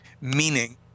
meaning